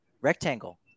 rectangle